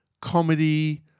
comedy